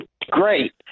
great